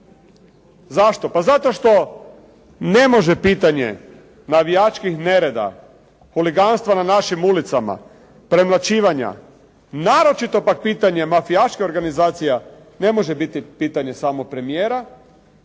Zašto? Pa zato što ne može pitanje navijačkih nereda, huliganstva na našim ulicama, premlaćivanja, naročito pak pitanje mafijaških organizacija ne može biti pitanje samo premijera,